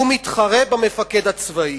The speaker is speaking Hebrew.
הוא מתחרה במפקד הצבאי.